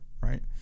right